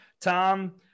Tom